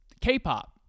K-pop